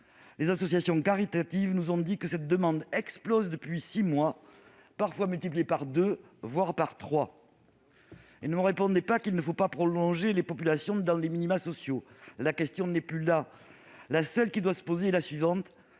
Les associations caritatives nous ont dit que cette demande explosait depuis six mois. Elle a parfois été multipliée par deux, voire par trois. Ne nous répondez pas qu'il ne faut pas laisser les populations stagner dans les minima sociaux : la question n'est plus là. La seule qui doit se poser est la suivante